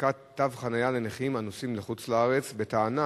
הנפקת תו חנייה לנכים הנוסעים לחוץ-לארץ בטענה